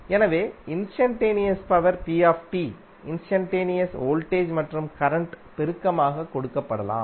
எனவே instantaneous power p instantaneous voltage மற்றும் கரண்ட்டின் பெருக்கமாக கொடுக்கப்படலாம்